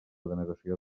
denegació